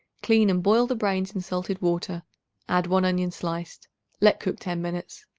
clean and boil the brains in salted water add one onion sliced let cook ten minutes.